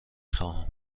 خواهم